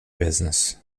business